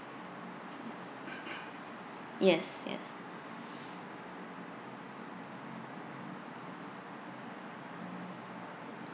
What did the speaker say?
yes yes